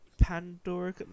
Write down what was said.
Pandora